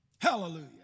Hallelujah